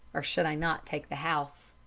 or should i not, take the house?